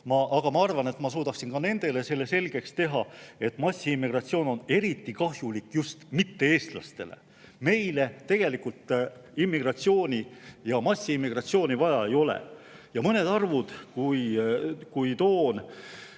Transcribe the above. Aga ma arvan, et ma suudaksin ka nendele selgeks teha, et massiimmigratsioon on eriti kahjulik just mitte-eestlastele. Meile ei ole tegelikult immigratsiooni ja massiimmigratsiooni vaja. Ma toon mõned arvud. Kui me